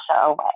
away